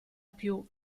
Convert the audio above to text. più